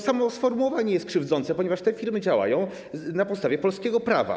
Samo sformułowanie jest krzywdzące, ponieważ te firmy działają na podstawie polskiego prawa.